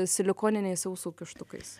silikoniniais ausų kištukais